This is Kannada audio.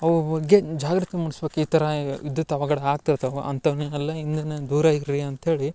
ಅವು ಬಗ್ಗೆ ಜಾಗ್ರತೆ ಮೂಡ್ಸ್ಬೇಕು ಈ ಥರ ವಿದ್ಯುತ್ ಅವಘಡ ಆಗ್ತಿರ್ತಾವೆ ಅಂಥವನ್ನೆಲ್ಲ ಇನ್ನಿನ್ನು ದೂರ ಇರಿ ಅಂತ್ಹೇಳಿ